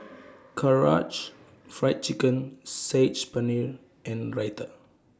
Karaage Fried Chicken Saag Paneer and Raita